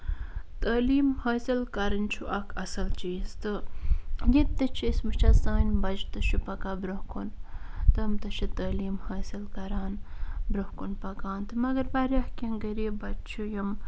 تعلیٖم حٲصِل کَرٕنۍ چھُ اکھ اَصٕل چیٖز تہٕ ییٚتہِ تہِ چھِ وُچھ حظ سانیٚن بَچہٕ تہِ چھِ پَکان برٛونٛہہ کُن تِم تہِ چھِ تعلیٖم حٲصِل کران تہٕ برٛونٛہہ کُن پَکان تہٕ مَگر واریاہ کیٚنٛہہ غریٖب بَچہٕ چھِ یِم